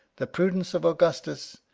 the prudence of augustus,